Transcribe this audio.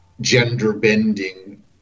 gender-bending